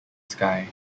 skye